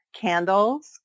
candles